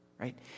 right